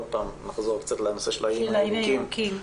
נחזור קצת לנושא של האיים הירוקים,